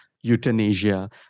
euthanasia